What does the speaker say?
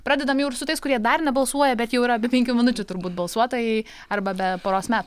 pradedam jau ir su tais kurie dar nebalsuoja bet jau yra be penkių minučių turbūt balsuotojai arba be poros me